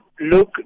Look